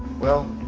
well.